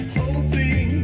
hoping